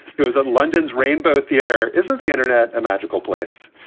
it was at london's rainbow theater. isn't the internet a magical place?